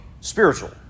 spiritual